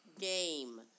game